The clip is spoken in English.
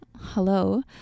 hello